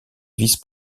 vice